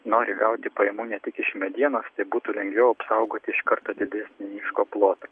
nori gauti pajamų ne tik iš medienos būtų lengviau apsaugoti iš karto didesnį miško plotą